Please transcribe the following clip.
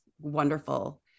wonderful